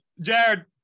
Jared